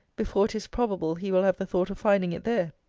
before it is probable he will have the thought of finding it there.